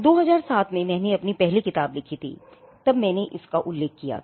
2007 में मैंने अपनी पहली किताब लिखी थी तब मैंने इसका उल्लेख किया था